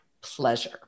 pleasure